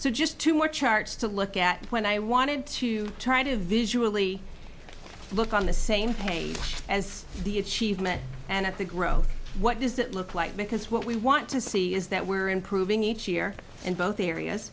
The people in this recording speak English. charts to look at point i wanted to try to visually look on the same page as the achievement and at the growth what does that look like because what we want to see is that we're improving each year in both areas